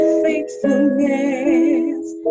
faithfulness